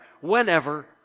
whenever